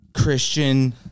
Christian